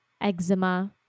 eczema